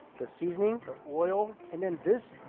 the seasoning, the oil and then this